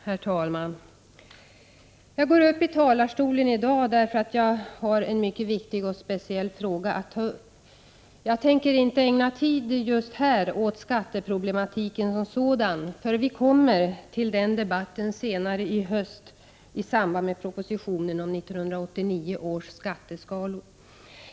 Herr talman! Jag går upp i talarstolen i dag, därför att jag har en mycket viktig och speciell fråga att ta upp. Jag tänker inte ägna tid just här åt skatteproblematiken som sådan, då den debatten kommer senare i höst i samband med propositionen om 1989 års skatteskalor.